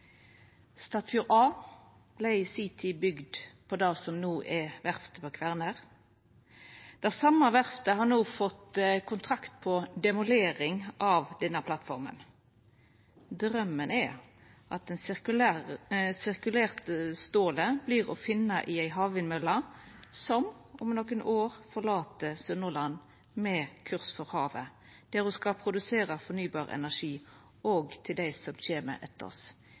Statfjord A vart i si tid bygd på det som no er verft for Kværner. Det same verftet har no fått kontrakt på demolering av denne plattforma. Draumen er at det resirkulerte stålet vert å finna i ei havvindmølle som om nokre år forlèt Sunnhordland med kurs for havet, der ho skal produsera fornybar energi òg til dei som kjem etter oss.